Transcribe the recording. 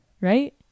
right